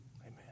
amen